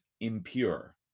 impure